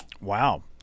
wow